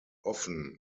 often